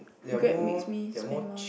Grab makes me spend mon~